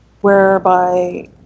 whereby